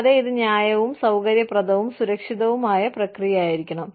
കൂടാതെ ഇത് ന്യായവും സൌകര്യപ്രദവും സുരക്ഷിതവുമായ പ്രക്രിയയായിരിക്കണം